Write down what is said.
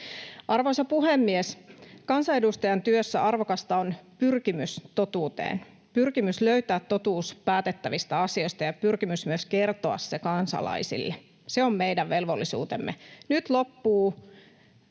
Arvoisa puhemies! Kansanedustajan työssä arvokasta on pyrkimys totuuteen, pyrkimys löytää totuus päätettävistä asioista ja pyrkimys myös kertoa se kansalaisille. Se on meidän velvollisuutemme. Nyt loppuu